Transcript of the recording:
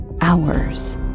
hours